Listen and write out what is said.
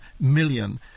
million